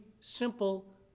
simple